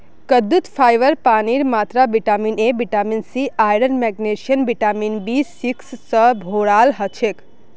कद्दूत फाइबर पानीर मात्रा vitamin A vitamin C iron magnesium vitamin B six स भोराल हछेक